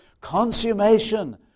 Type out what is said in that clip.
consummation